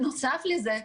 בנוסף לזה,